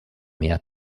mehr